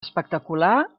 espectacular